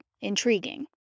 intriguing